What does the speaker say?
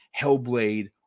Hellblade